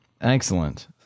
Excellent